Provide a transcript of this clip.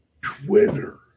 Twitter